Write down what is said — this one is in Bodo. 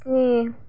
स्नि